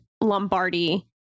Lombardi